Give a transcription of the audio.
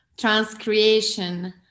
transcreation